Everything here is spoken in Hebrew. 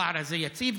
הפער הזה יציב,